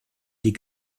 die